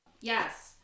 yes